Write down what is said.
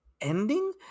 ending